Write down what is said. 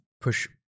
push